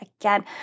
Again